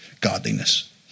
Godliness